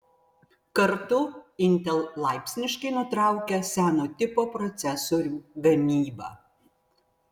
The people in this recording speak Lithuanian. kartu intel laipsniškai nutraukia seno tipo procesorių gamybą